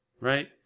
right